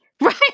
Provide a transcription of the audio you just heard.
Right